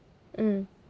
mm